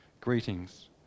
Greetings